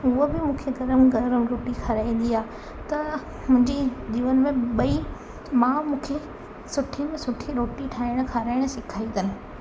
उहा बि मूंखे गरमु गरमु रोटी खाराईंदी आहे त मुंहिंजी जीवन में ॿई माउ मूंखे सुठी में सुठी रोटी ठाहिण खाराइण सेखारी अथनि